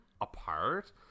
apart